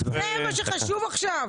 זה מה שחשוב עכשיו?